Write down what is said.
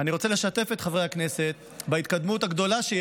אני רוצה לשתף את חברי הכנסת בהתקדמות הגדולה שיש